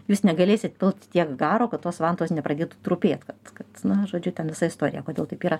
jūs negalėsit pilt tiek garo kad tos vantos nepradėtų trupėt kad kad na žodžiu ten visa istorija kodėl taip yra